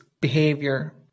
behavior